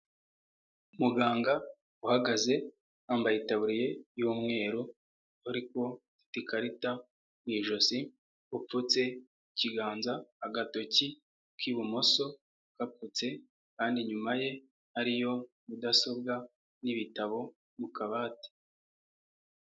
Muganga uhagaze wambaye itaburiya y'umweru ariko ufite ikarita mu ijosi, upfutse ikiganza, agatoki k'ibumoso gapfutse, kandi inyuma ye hariyo mudasobwa n'ibitabo mu kabati.